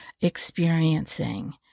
experiencing